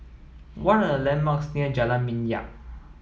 what are the landmarks near Jalan Minyak